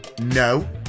No